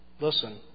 Listen